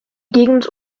gegend